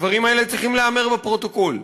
הדברים האלה צריכים להיאמר בפרוטוקול: